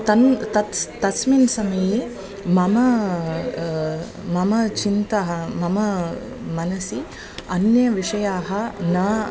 तन् तत्स् तस्मिन् समये मम मम चिन्ता मम मनसि अन्यविषयाः न